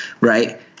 right